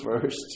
first